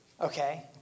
Okay